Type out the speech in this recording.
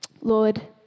Lord